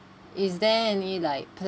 is there any like